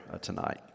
tonight